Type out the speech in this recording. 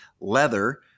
leather